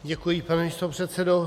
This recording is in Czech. Děkuji, pane místopředsedo.